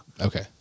okay